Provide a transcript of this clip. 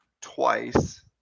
twice